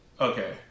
Okay